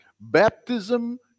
Baptism